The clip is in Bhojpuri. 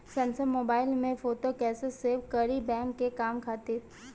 सैमसंग मोबाइल में फोटो कैसे सेभ करीं बैंक के काम खातिर?